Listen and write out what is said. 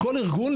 לכל ארגון,